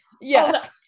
Yes